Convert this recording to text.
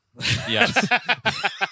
Yes